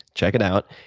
check it out,